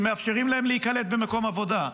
שמאפשרים להם להיקלט במקום עבודה,